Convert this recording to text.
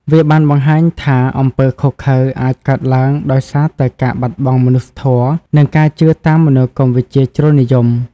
វាបានបង្ហាញថាអំពើឃោរឃៅអាចកើតឡើងដោយសារតែការបាត់បង់មនុស្សធម៌ និងការជឿតាមមនោគមវិជ្ជាជ្រុលនិយម។